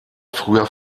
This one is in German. früher